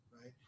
right